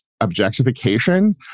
objectification